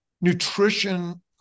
nutrition